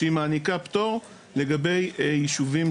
שהיא מעניקה פטור לגבי יישובים